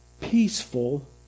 peaceful